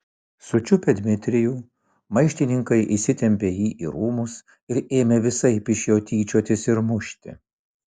sučiupę dmitrijų maištininkai įsitempė jį į rūmus ir ėmė visaip iš jo tyčiotis ir mušti